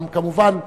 כמובן,